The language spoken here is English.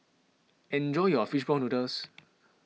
enjoy your Fish Ball Noodles